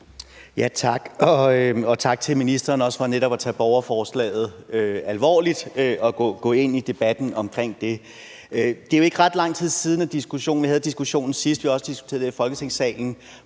tak til ministeren for netop også at tage borgerforslaget alvorligt og gå ind i debatten om det. Det er jo ikke ret lang tid siden, at vi havde diskussionen sidst, og vi har også diskuteret det her i Folketingssalen,